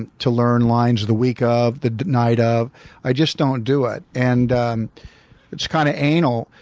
and to learn lines the week of, the night of i just don't do it. and and it's kind of anal.